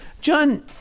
John